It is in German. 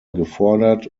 gefordert